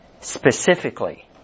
specifically